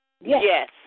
Yes